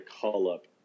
call-up